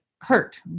hurt